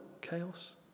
chaos